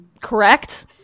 Correct